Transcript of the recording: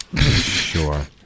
Sure